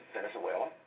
Venezuela